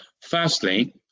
firstly